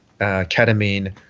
Ketamine